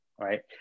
right